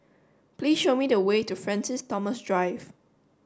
please show me the way to Francis Thomas Drive